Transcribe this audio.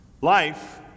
life